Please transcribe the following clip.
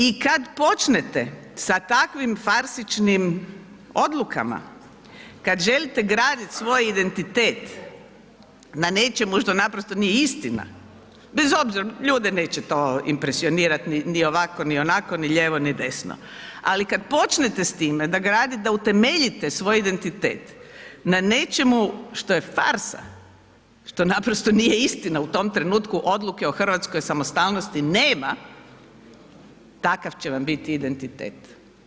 I kad počnete sa takvim farsičnim odlukama, kada želite graditi svoj identitet na nečemu što naprosto nije istina bez obzira, ljude neće to impresionirati ni ovako ni onako, ni lijevo ni desno ali kada počnete s time da gradite, da utemeljite svoj identitet na nečemu što je farsa, što naprosto nije istina u tom trenutku odluke o hrvatskoj samostalnosti nema takav će vam biti identitet.